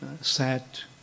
sat